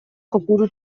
kopuru